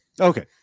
Okay